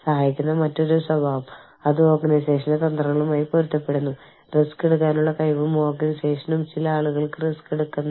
അതിനാൽ ആളുകൾ കൂടുതൽ ആവശ്യപ്പെടുന്നു തങ്ങളെത്തന്നെ കൂടുതൽ ഓർഗനൈസേഷന് നൽകുന്നു കൂടാതെ അതിന്റെ ജീവനക്കാരെ പരിപാലിക്കുന്ന കാര്യത്തിൽ ഓർഗനൈസേഷനിൽ നിന്ന് കൂടുതൽ ആവശ്യപ്പെടുന്നു